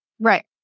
Right